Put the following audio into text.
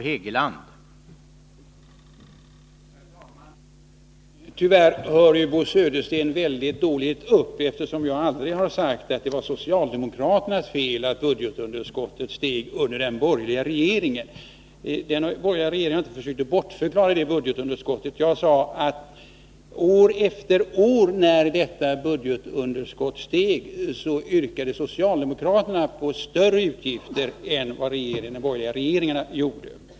Herr talman! Tyvärr hör Bo Södersten väldigt dåligt upp, eftersom jag aldrig har sagt att det var socialdemokraternas fel att budgetunderskottet steg under de borgerliga regeringarna. Jag har inte försökt bortförklara budgetunderskottet. Jag sade att socialdemokraterna, år efter år när detta budgetunderskott steg, yrkade på större utgifter än de borgerliga regeringarna gjorde.